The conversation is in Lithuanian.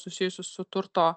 susijusius su turto